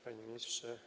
Panie Ministrze!